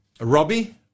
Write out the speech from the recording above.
Robbie